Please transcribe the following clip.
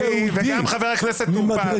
--- גם חבר הכנסת עמית הלוי וגם חבר הכנסת טור פז,